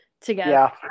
Together